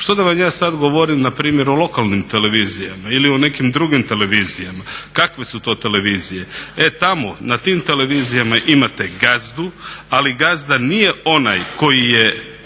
Što da vam ja sad govorim na primjer o lokalnim televizijama ili o nekim drugim televizijama kakve su to televizije. E tamo, na tim televizijama imate gazdu, ali gazda nije onaj koji je